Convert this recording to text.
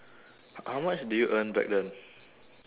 how much did you earn back then